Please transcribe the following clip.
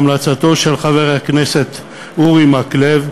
בהמלצתו של חבר הכנסת אורי מקלב,